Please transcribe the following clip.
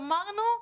גמרנו,